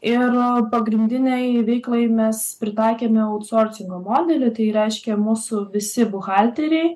ir pagrindinei veiklai mes pritaikėme autsorcigo modelį tai reiškia mūsų visi buhalteriai